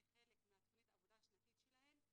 זה חלק מתכנית העבודה השנתית שלהן.